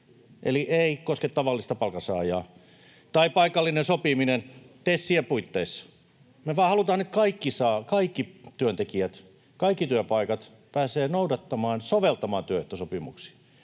Eli ei koske tavallista palkansaajaa. Tai paikallinen sopiminen, TESien puitteissa. Me vaan halutaan, että kaikki työntekijät ja kaikki työpaikat pääsevät noudattamaan ja soveltamaan työehtosopimuksia.